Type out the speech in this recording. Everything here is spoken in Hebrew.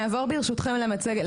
נעבור ברשותכם למצגת.